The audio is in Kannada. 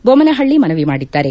ಬೋಮನಹಳ್ಳಿ ಮನವಿ ಮಾಡಿದ್ದಾರೆ